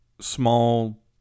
small